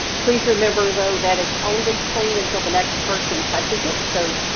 please remember though, that it's only clean until the next person touches it, so.